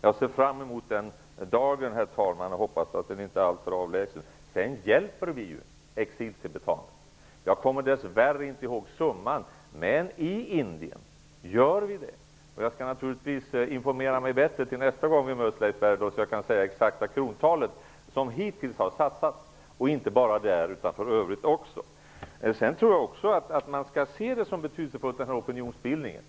Jag ser fram emot den dagen, herr talman, och jag hoppas att den inte är alltför avlägsen. Vi hjälper ju exiltibetaner. Jag kommer dess värre inte ihåg summan. I Indien hjälper vi dem. Jag skall naturligtvis informera mig bättre till nästa gång vi möts, Leif Bergdahl, så att jag kan ange det exakta krontal som hittills har satsats, och inte bara i Tibet. Jag tror att det är betydelsefullt med opinionsbildningen.